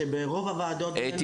שברוב הוועדות אתם